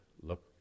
look